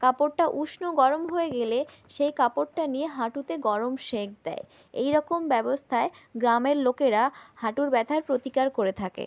কাপড়টা উষ্ণ গরম হয়ে গেলে সেই কাপড়টা নিয়ে হাঁটুতে গরম সেঁক দেয় এই রকম ব্যবস্থায় গ্রামের লোকেরা হাঁটুর ব্যথার প্রতিকার করে থাকে